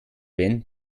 wenn